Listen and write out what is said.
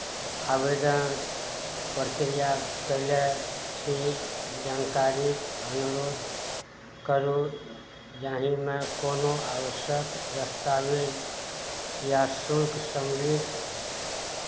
आवेदन प्रक्रियाके लेल ठीक जानकारी अनुरोध करू जाहिमे कोनो आवश्यक दस्तावेज या शुल्क सम्मिलित